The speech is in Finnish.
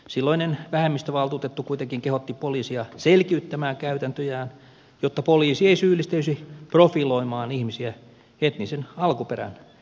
silloinen vähemmistövaltuutettu kuitenkin kehotti poliisia selkiyttämään käytäntöjään jotta poliisi ei syyllistyisi profiloimaan ihmisiä etnisen alkuperän perusteella